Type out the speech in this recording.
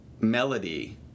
melody